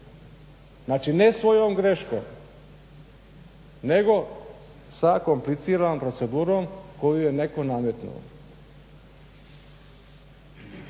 Znači, ne svojom greškom nego sa kompliciranom procedurom koju je netko nametnuo.